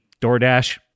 DoorDash